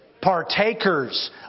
Partakers